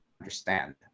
understand